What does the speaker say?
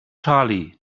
charlie